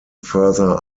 further